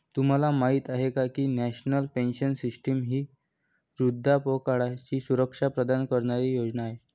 तुम्हाला माहिती आहे का की नॅशनल पेन्शन सिस्टीम ही वृद्धापकाळाची सुरक्षा प्रदान करणारी योजना आहे